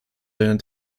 einer